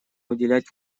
уделять